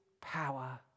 power